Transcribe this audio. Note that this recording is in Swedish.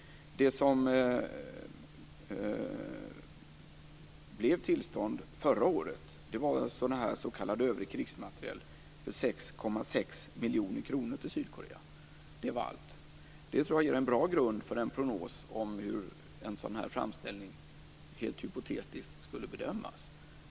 Det tillstånd som gavs förra året gällde s.k. övrig krigsmateriel för 6,6 miljoner kronor till Sydkorea. Det var allt. Det tror jag ger en bra grund för en prognos om hur en sådan här framställning rent hypotetiskt skulle bedömas.